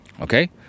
okay